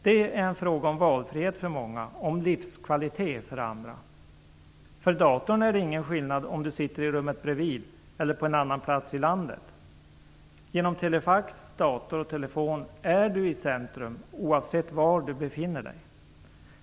Det är en fråga om valfrihet för många - om livskvalitet för andra. För datorn är det ingen skillnad om man sitter i rummet bredvid eller på en annan plats i landet. Genom telefax, dator och telefon är man i centrum - oavsett var man befinner sig.